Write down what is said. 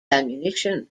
ammunition